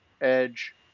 edge